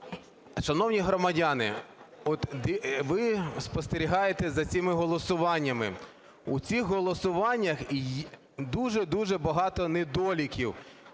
Шановні громадяни, ви спостерігаєте за цими голосуваннями. У цих голосуваннях дуже-дуже багато недоліків: